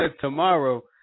tomorrow